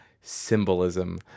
symbolism